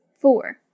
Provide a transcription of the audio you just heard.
Four